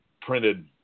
printed